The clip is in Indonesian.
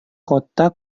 kota